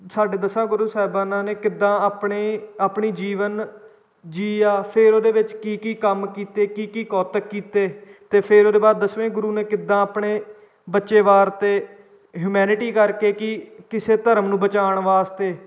ਸਾਡੇ ਦਸਾਂ ਗੁਰੂ ਸਾਹਿਬਾਨਾਂ ਨੇ ਕਿੱਦਾਂ ਆਪਣੇ ਆਪਣੀ ਜੀਵਨ ਜੀਆ ਫਿਰ ਉਹਦੇ ਵਿੱਚ ਕੀ ਕੀ ਕੰਮ ਕੀਤੇ ਕੀ ਕੀ ਕੌਤਕ ਕੀਤੇ ਅਤੇ ਫਿਰ ਉਹਦੇ ਬਾਅਦ ਦਸਵੇਂ ਗੁਰੂ ਨੇ ਕਿੱਦਾਂ ਆਪਣੇ ਬੱਚੇ ਵਾਰਤੇ ਹਿਉਮੈਨਿਟੀ ਕਰਕੇ ਕਿ ਕਿਸੇ ਧਰਮ ਨੂੰ ਬਚਾਉਣ ਵਾਸਤੇ